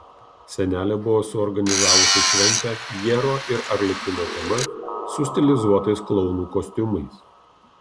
senelė buvo suorganizavusi šventę pjero ir arlekino tema su stilizuotais klounų kostiumais